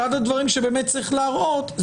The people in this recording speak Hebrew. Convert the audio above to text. אחד הדברים שצריך להראות,